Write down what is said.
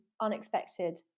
unexpected